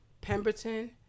Pemberton